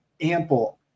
ample –